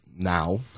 Now